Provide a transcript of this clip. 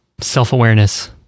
self-awareness